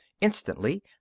instantly